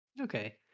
Okay